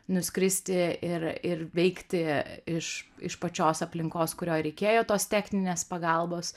nuskristi ir ir veikti iš iš pačios aplinkos kurioj reikėjo tos techninės pagalbos